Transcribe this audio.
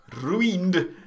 Ruined